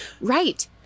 right